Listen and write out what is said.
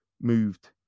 moved